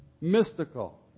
mystical